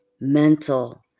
mental